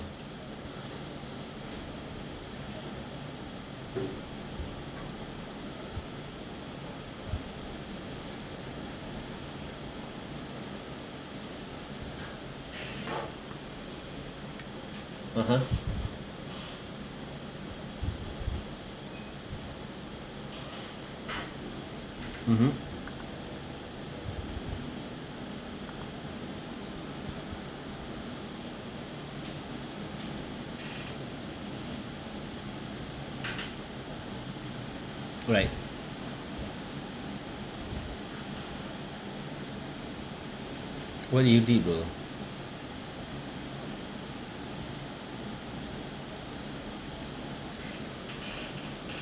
(uh huh) mmhmm right what do you did bro